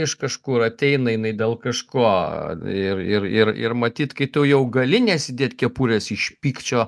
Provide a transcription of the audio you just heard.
iš kažkur ateina jinai dėl kažko ir ir ir ir matyt kai tu jau gali nesidėt kepurės iš pykčio